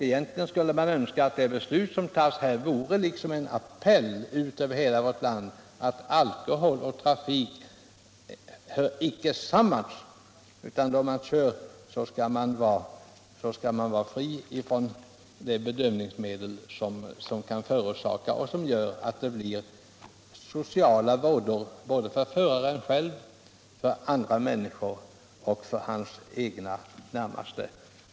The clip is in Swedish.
Egentligen skulle man önska att det beslut som tas här blev en appell utöver hela vårt land: Alkohol och trafik hör inte samman. Om man kör skall man vara fri från det bedövningsmedel som kan förorsaka sociala vådor för föraren själv, hans närmaste och andra människor. Herr talman!